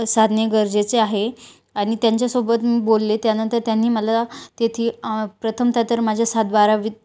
साधणे गरजेचे आहे आणि त्यांच्यासोबत मी बोलले त्यानंतर त्यांनी मला तेथे प्रथमतः तर माझ्या सातबारा वि